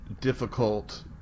Difficult